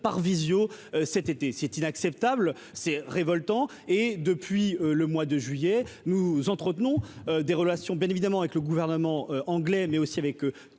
par Visio cet été, c'est inacceptable, c'est révoltant et depuis le mois de juillet, nous entretenons des relations bien évidemment avec le gouvernement anglais mais aussi avec